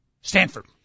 Stanford